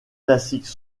classiques